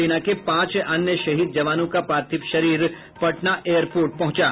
सेना के पांच अन्य शहीद जवानों का पार्थिव शरीर पटना एयरपोर्ट पहुंचा